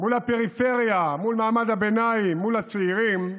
מול הפריפריה, מול מעמד הביניים, מול הצעירים,